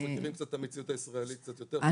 הם מכירים את המציאות הישראלית קצת יותר טוב.